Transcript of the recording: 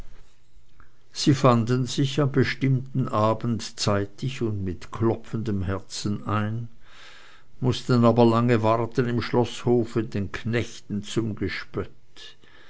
sie fanden sich am bestimmten abend zeitig und mit klopfendem herzen ein mußten aber lange warten im schloßhofe den knechten zum gespött